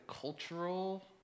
cultural